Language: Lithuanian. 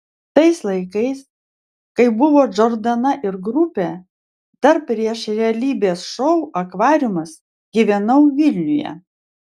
tais laikais kai buvo džordana ir grupė dar prieš realybės šou akvariumas gyvenau vilniuje